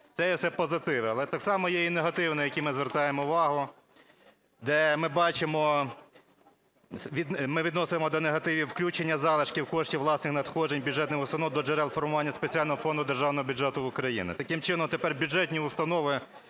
Це є все позитиви. Але так само є і негативне, на яке ми звертаємо увагу, де ми бачимо… ми відносимо до негативів включення залишків коштів власних надходжень бюджетних установ до джерел формування спеціального фонду Державного бюджету України. Таким чином тепер бюджетні установи